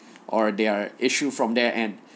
or their issue from there and